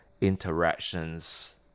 interactions